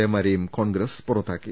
എമാരെയും കോൺഗ്രസ് പുറത്താക്കി